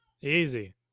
Easy